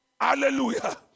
Hallelujah